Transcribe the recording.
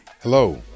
Hello